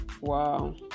Wow